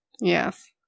Yes